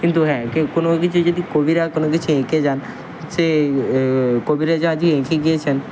কিন্তু হ্যাঁ কেউ কোনও কিছু যদি কবিরা কোনও কিছু এঁকে যান সে কবিরা যা যে এঁকে গিয়েছেন